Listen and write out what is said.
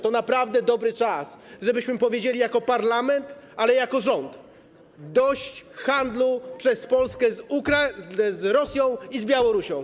To naprawdę dobry czas, żebyśmy powiedzieli jako parlament, ale też jako rząd: dość handlu przez Polskę z Rosją i z Białorusią.